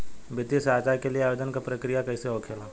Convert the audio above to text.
वित्तीय सहायता के लिए आवेदन क प्रक्रिया कैसे होखेला?